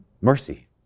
mercy